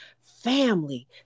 family